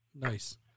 Nice